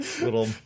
little